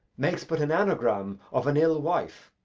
makes but an anagram of an ill wife,